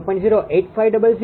0850084 છે તે જ રીતે આ એક 0